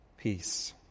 peace